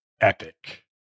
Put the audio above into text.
epic